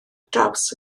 draws